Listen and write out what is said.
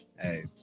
Hey